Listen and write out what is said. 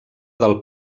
del